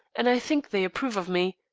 and i think they approve of me,